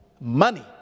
money